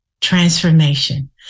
Transformation